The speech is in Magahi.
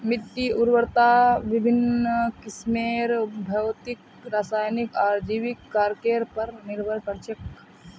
मिट्टीर उर्वरता विभिन्न किस्मेर भौतिक रासायनिक आर जैविक कारकेर पर निर्भर कर छे